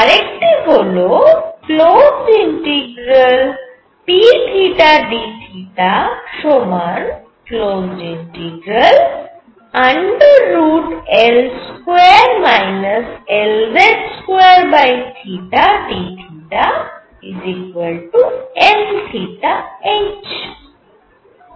আরেকটি হল pdθ সমান L2 Lz2 dθnh